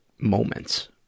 moments